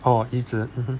orh 椅子 (uh huh)